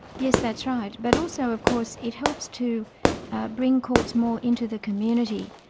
yes, that's right, but also of course it helps to bring courts more into the community.